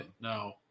no